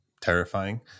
terrifying